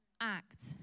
act